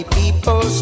people